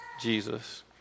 Jesus